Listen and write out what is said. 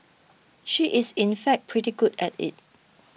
she is in fact pretty good at it